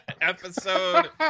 episode